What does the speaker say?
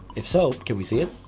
if so can we see it?